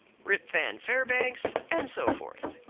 rip van fairbanks, and so forth.